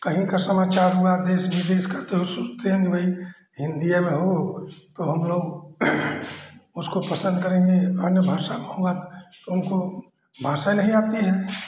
कहीं का समाचार हुआ देश विदेश का तो सुनते हैं वहीं हिन्दिए में हो तो हमलोग उसको पसन्द करेंगे अन्य भाषा में तो उनको भाषा ही नहीं आती है